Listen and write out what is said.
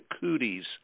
cooties